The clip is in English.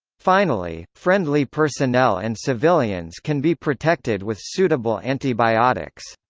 finally, friendly personnel and civilians can be protected with suitable antibiotics.